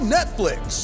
Netflix